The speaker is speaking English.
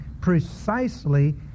precisely